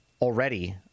already